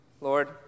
Lord